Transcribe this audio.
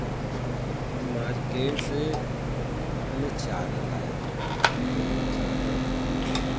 market से हमने चादर लाया था वो चादर